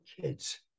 kids